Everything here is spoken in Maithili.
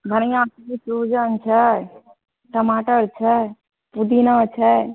बढ़िऑं सोहिजन छै टमाटर छै पुदीना छै